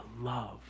love